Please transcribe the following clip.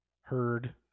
heard